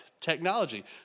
technology